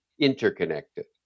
interconnected